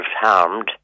harmed